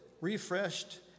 refreshed